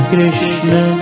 Krishna